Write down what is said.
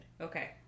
Okay